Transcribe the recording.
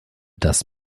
das